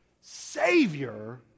savior